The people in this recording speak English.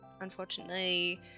unfortunately